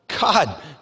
God